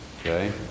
okay